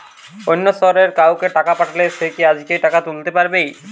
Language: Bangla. অন্য শহরের কাউকে টাকা পাঠালে সে কি আজকেই টাকা তুলতে পারবে?